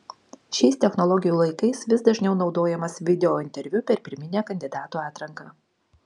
šiais technologijų laikais vis dažniau naudojamas videointerviu per pirminę kandidatų atranką